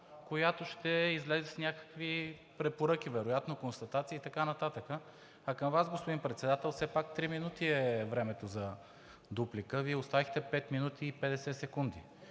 която ще излезе с някакви препоръки вероятно, констатации и така нататък. А към Вас, господин Председател, все пак три минути е времето за дуплика, а Вие оставихте пет минути и 50 секунди.